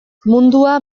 mundua